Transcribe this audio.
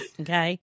Okay